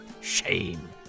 Shame